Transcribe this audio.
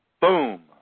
Boom